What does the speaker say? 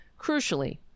Crucially